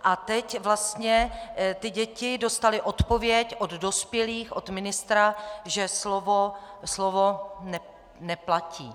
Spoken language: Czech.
A teď vlastně ty děti dostaly odpověď od dospělých, od ministra, že slovo neplatí.